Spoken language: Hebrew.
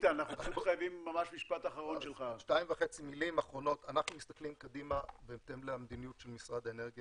אנחנו מסתכלים קדימה בהתאם למדיניות של משרד האנרגיה